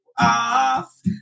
off